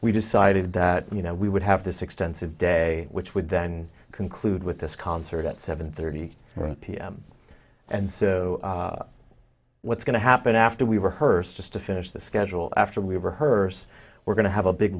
we decided that you know we would have this extensive day which would then conclude with this concert at seven thirty pm and so what's going to happen after we were hurst just to finish the schedule after we were hearse we're going to have a big